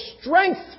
strength